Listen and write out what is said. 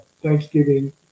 Thanksgiving